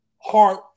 heart